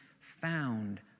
found